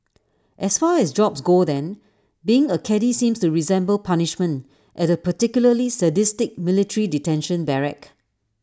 as far as jobs go then being A caddie seems to resemble punishment at A particularly sadistic military detention barrack